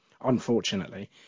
unfortunately